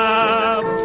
up